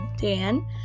Dan